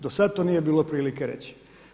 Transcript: Do sad to nije bilo prilike reći.